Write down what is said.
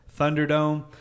Thunderdome